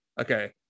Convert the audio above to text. okay